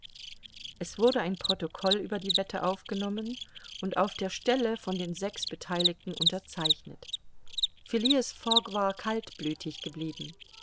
es wurde ein protokoll über die wette aufgenommen und auf der stelle von den sechs betheiligten unterzeichnet phileas fogg war kaltblütig geblieben